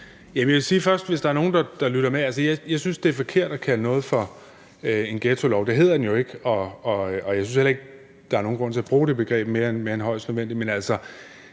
Jeg vil sige først, at det er forkert at kalde noget for en ghettolov – det hedder den jo ikke. Og jeg synes heller ikke, der er nogen grund til at bruge det begreb mere end højst nødvendigt.